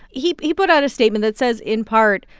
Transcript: he he put out a statement that says, in part,